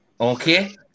Okay